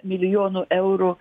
milijonų eurų